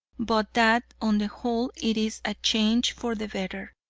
but that on the whole it is a change for the better,